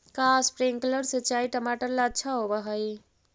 का स्प्रिंकलर सिंचाई टमाटर ला अच्छा होव हई?